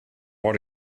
what